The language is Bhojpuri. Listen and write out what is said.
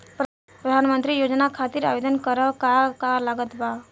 प्रधानमंत्री योजना खातिर आवेदन करम का का लागत बा?